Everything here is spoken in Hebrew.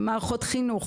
מערכות חינוך,